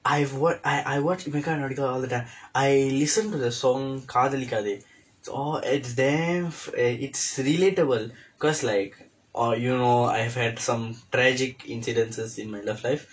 I've wat~ I I've watched Imaikkaa Nodigal nodikal all the time I listen to the song Kadhalikkathe it's all it's damn eh it's relatable cause like oh you know I've had some tragic incidences in my love life